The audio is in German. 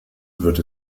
wird